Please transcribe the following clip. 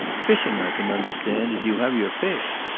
fishing i can understand, as you have your fish.